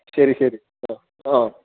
ശരി ശരി ആ ആ